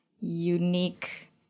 unique